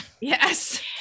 Yes